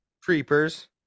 creepers